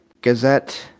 Gazette